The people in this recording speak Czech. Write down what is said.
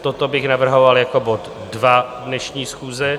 Toto bych navrhoval jako bod dva dnešní schůze.